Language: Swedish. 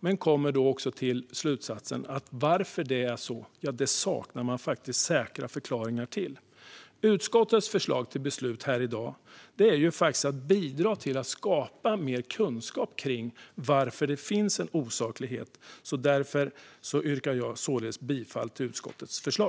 men kommer också till slutsatsen att det saknas säkra förklaringar till varför det är så. Utskottet förslag till beslut här i dag är att bidra till att skapa mer kunskap om varför det finns en osaklighet. Därför yrkar jag bifall till utskottets förslag.